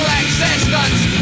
existence